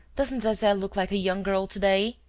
doesn't zeze look like a young girl today?